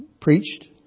preached